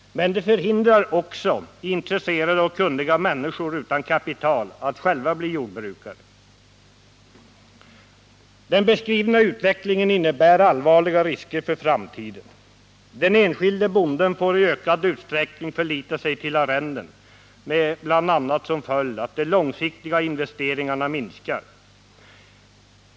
Men det förhindrar också intresserade och kunniga människor utan kapital att själva bli jordbrukare. Den beskrivna utvecklingen innebär allvarliga risker för framtiden. Den enskilde bonden får i ökad utsträckning förlita sig till arrenden med som följd bl.a. att de långsiktiga investeringarna minskar.